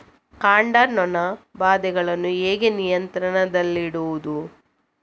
ಕಾಂಡ ನೊಣ ಬಾಧೆಯನ್ನು ಹೇಗೆ ನಿಯಂತ್ರಣದಲ್ಲಿಡುವುದು?